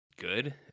Good